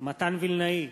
מתן וילנאי,